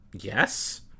Yes